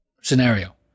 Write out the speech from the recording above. scenario